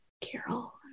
Carol